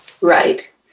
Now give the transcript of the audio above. Right